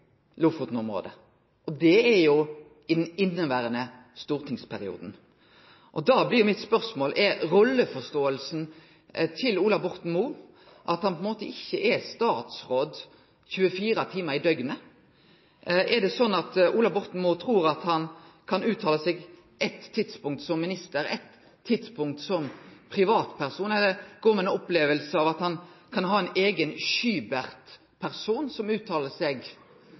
og Lofoten-området. Det er jo i den inneverande stortingsperioden. Da blir mitt spørsmål: Er rolleforståinga til Ola Borten Moe at han ikkje er statsråd 24 timar i døgnet? Trur Ola Borten Moe at han kan uttale seg som minister på eitt tidspunkt og som privatperson på eit anna? Eller går han med ei oppleving av at han kan ha ein eigen Skybert-person som uttalar seg?